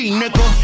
nigga